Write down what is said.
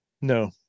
No